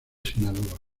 sinaloa